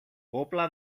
όπλα